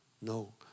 No